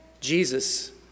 Jesus